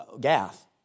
Gath